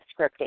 scripting